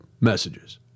messages